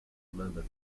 member